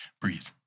Breathe